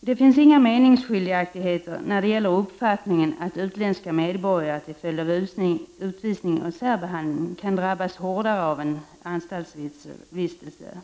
Det finns inga meningsskiljaktigheter när det gäller uppfattningen att utländska medborgare, till följd av utvisning och särbehandling, kan drabbas hårdare av en anstaltsvistelse.